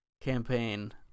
campaign